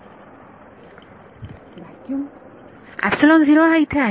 विद्यार्थी व्हॅक्युम हा इथे आहे